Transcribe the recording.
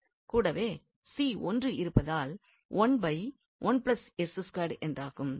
கூடவே 1 இருப்பதால் என்றாகும்